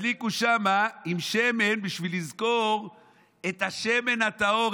תדליקו שמה עם שמן בשביל לזכור את השמן הטהור,